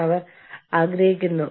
എല്ലാം ഞങ്ങൾ തീരുമാനിക്കും